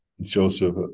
Joseph